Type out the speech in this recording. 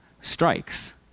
strikes